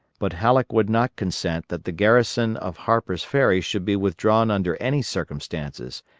but halleck would not consent that the garrison of harper's ferry should be withdrawn under any circumstances,